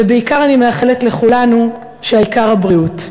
ובעיקר אני מאחלת לכולנו, העיקר הבריאות.